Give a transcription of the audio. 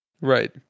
Right